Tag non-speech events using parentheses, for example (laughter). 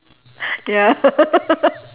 ya (laughs)